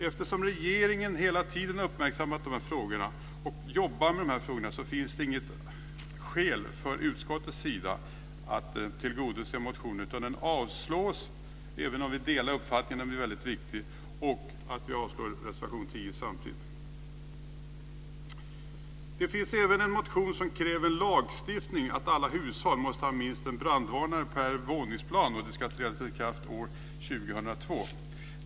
Eftersom regeringen hela tiden uppmärksammat dessa frågor och arbetar med dem finns det inget skäl att agera från utskottets sida, varför motionen avstyrks, även om vi delar uppfattningen att detta är en viktig fråga. I en motion krävs en lagstiftning som säger att alla hushåll måste ha minst en brandvarnare per våningsplan och som ska träda i kraft år 2002.